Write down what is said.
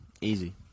Easy